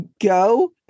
go